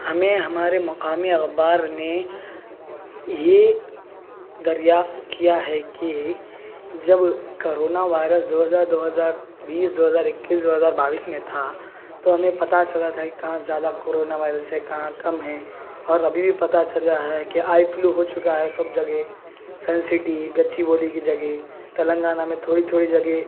ہمیں ہمارے مقامی اخبار نے یہ دریافت کیا ہے کہ جب کرونا وائرس دوہزار دو ہزار بیس دو ہزار اکیس دو ہزار بائیس میں تھا تو ہمیں پتہ چلا تھا کہاں زیادہ کرونا وائرس ہے کہاں کم ہے اور ابھی بھی پتہ چلا ہے کہ آئی فلو ہو چکا ہے سب جگہ سنسٹی گچی والی کی جگہ تلنگانہ میں تھوڑی تھوڑی جگہ